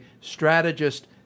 strategist